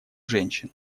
женщин